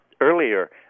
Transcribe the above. earlier